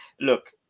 look